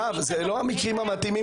בסדר, אז זה לא המקרים המתאימים.